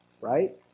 right